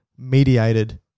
mediated